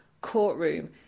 courtroom